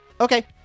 Okay